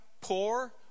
poor